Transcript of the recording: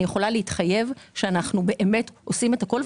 אני יכולה להתחייב שאנחנו באמת עושים את הכול,